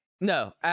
no